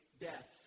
Death